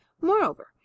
Moreover